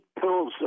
pills